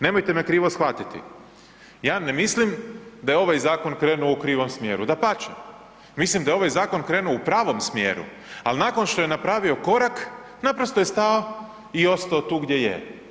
Nemojte me krivo shvatiti, ja ne mislim da je ovaj zakon krenuo u krivom smjeru, dapače, mislim da je ovaj zakon krenuo u pravom smjeru, ali nakon što je napravio korak naprosto je stao i ostao tu gdje je.